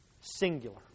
Singular